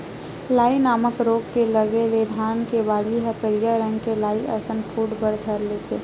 लाई नामक रोग के लगे ले धान के बाली ह करिया रंग के लाई असन फूट बर धर लेथे